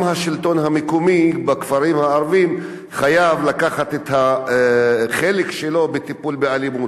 גם השלטון המקומי בכפרים הערביים חייב לקחת את החלק שלו בטיפול באלימות,